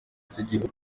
z’igihugu